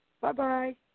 Bye-bye